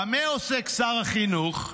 במה עוסק שר החינוך?